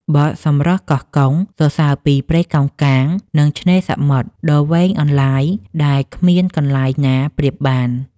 បទ «សម្រស់កោះកុង» សរសើរពីព្រៃកោងកាង និងឆ្នេរសមុទ្រដ៏វែងអន្លាយដែលគ្មានកន្លែងណាប្រៀបបាន។